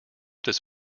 this